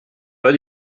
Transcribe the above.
pas